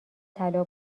طلا